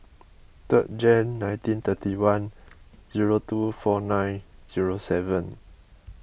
third Jan nineteen thirty one zero two four nine zero seven